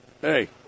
Hey